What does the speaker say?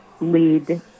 lead